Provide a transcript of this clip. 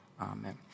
Amen